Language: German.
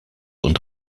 und